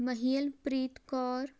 ਮਹਿਲ ਪ੍ਰੀਤ Kaur